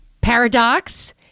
paradox